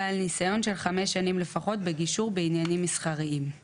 בעל ניסיון של חמש שנים לפחות בגישור בעניינים מסחריים ;